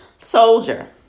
Soldier